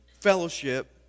fellowship